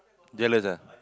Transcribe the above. jealous ah